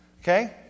Okay